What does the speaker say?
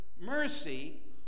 mercy